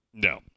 No